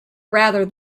rather